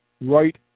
right